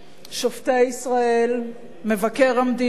שופטי ישראל, מבקר המדינה,